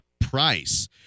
price